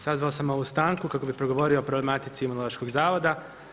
Sazvao sam ovu stanku kako bi progovorio o problematici Imunološkog zavoda.